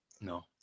no